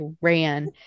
ran